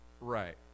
right